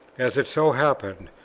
as it so happened,